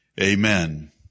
Amen